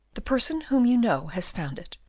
the person whom you know has found it,